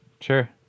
sure